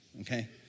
okay